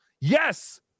Yes